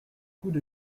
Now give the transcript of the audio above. coups